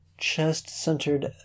chest-centered